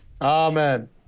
Amen